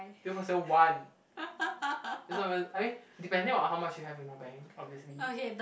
zero point seven one it's not even I mean depending on how much you have in your bank obviously